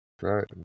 Right